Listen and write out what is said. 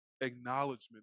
acknowledgement